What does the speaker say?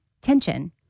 tension